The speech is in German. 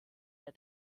der